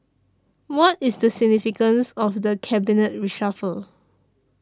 what is the significance of the cabinet reshuffle